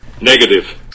negative